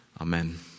Amen